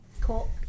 Cool